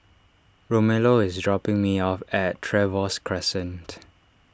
Romello is dropping me off at Trevose Crescent